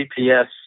GPS